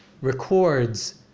records